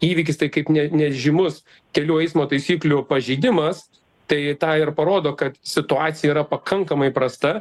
įvykis tai kaip ne nežymus kelių eismo taisyklių pažeidimas tai tą ir parodo kad situacija yra pakankamai prasta